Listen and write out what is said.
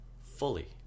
fully